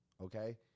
Okay